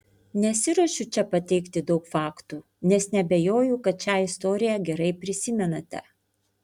nesiruošiu čia pateikti daug faktų nes neabejoju kad šią istoriją gerai prisimenate